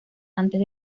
antes